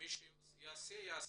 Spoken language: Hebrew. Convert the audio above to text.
ומי שיעשה יעשה.